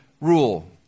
rule